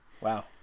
Wow